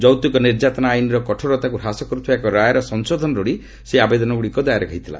ଯୌତୁକ ନିର୍ଯାତନା ଆଇନର କଠୋରତାକୁ ହ୍ରାସ କରୁଥିବା ଏକ ରାୟର ସଂଶୋଧନ ଲୋଡ଼ି ସେହି ଆବେଦନଗୁଡ଼ିକ ଦାଏର ହୋଇଥିଲା